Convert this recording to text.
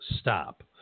stop